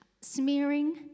Smearing